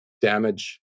damage